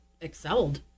excelled